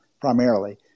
primarily